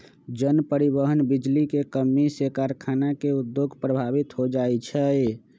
जन, परिवहन, बिजली के कम्मी से कारखाना के उद्योग प्रभावित हो जाइ छै